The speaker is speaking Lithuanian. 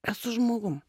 esu žmogum